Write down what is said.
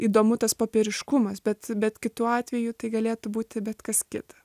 įdomu tas poperiškumas bet bet kitu atveju tai galėtų būti bet kas kita